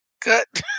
Cut